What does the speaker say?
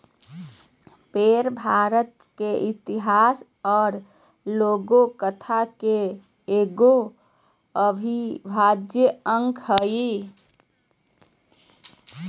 पेड़ भारत के इतिहास और लोक कथा के एगो अविभाज्य अंग हइ